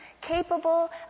capable